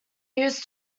used